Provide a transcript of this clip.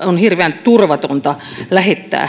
on hirveän turvatonta lähettää